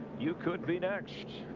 you could be next.